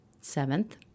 Seventh